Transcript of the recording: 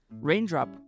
Raindrop